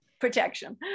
protection